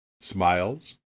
smiles